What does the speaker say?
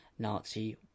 Nazi